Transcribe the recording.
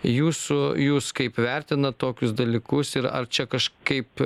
jūsų jūs kaip vertinat tokius dalykus ir ar čia kažkaip